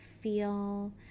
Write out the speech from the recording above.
Feel